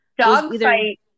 Dogfight